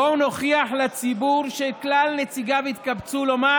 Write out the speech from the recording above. בואו נוכיח לציבור שכלל נציגיו התקבצו לומר: